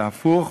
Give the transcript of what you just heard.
בהפוך,